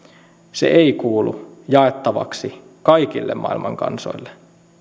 se ei kuulu jaettavaksi kaikille maailman kansoille